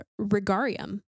Regarium